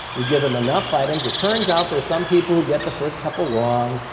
we give them enough items, it turns out there are some people who get the first couple wrong,